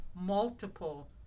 multiple